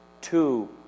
Two